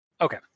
okay